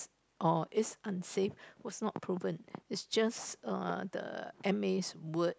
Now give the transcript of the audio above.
or is unsafe was not proven is just uh the m_a's word